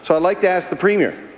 so i'd like to ask the premier,